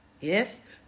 yes